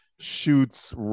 Shoots